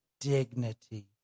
dignity